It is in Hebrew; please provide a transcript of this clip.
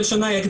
הראשונה היא,